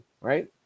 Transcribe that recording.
right